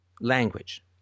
language